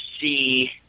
see